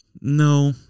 no